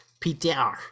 PTR